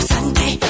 Sunday